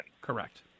correct